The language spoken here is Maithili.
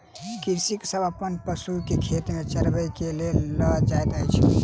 कृषक सभ अपन पशु के खेत में चरबै के लेल लअ जाइत अछि